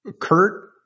Kurt